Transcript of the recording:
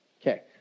Okay